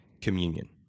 communion